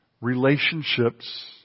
relationships